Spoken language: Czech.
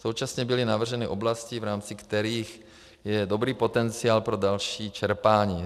Současně byly navrženy oblasti, v rámci kterých je dobrý potenciál pro další čerpání.